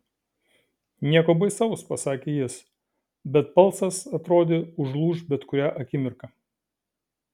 nieko baisaus pasakė jis bet balsas atrodė užlūš bet kurią akimirką